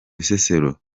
bisesero